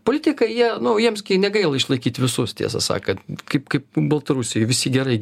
politikai jie nu jiems gi negaila išlaikyt visus tiesą sakant kaip kaip baltarusijoj visi gerai